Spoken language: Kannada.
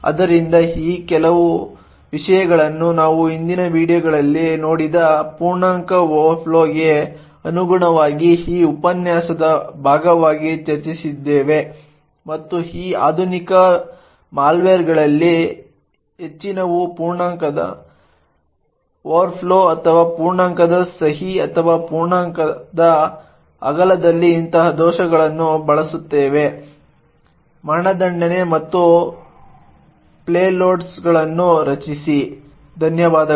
ಆದ್ದರಿಂದ ಈ ಕೆಲವು ವಿಷಯಗಳನ್ನು ನಾವು ಹಿಂದಿನ ವೀಡಿಯೊಗಳಲ್ಲಿ ನೋಡಿದ ಪೂರ್ಣಾಂಕದ ಓವರ್ಫ್ಲೋಗೆ ಅನುಗುಣವಾಗಿ ಈ ಉಪನ್ಯಾಸದ ಭಾಗವಾಗಿ ಚರ್ಚಿಸಿದ್ದೇವೆ ಮತ್ತು ಈ ಆಧುನಿಕ ಮಾಲ್ವೇರ್ಗಳಲ್ಲಿ ಹೆಚ್ಚಿನವು ಪೂರ್ಣಾಂಕದ ಓವರ್ಫ್ಲೋ ಅಥವಾ ಪೂರ್ಣಾಂಕದ ಸಹಿ ಅಥವಾ ಪೂರ್ಣಾಂಕದ ಅಗಲದಲ್ಲಿ ಇಂತಹ ದೋಷಗಳನ್ನು ಬಳಸುತ್ತವೆ ಮತ್ತು ಪೇಲೋಡ್ಗಳನ್ನು ರಚಿಸಿ ಧನ್ಯವಾದಗಳು